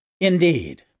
Indeed